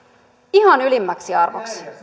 ihan ylimmäksi arvoksi